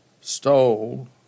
stole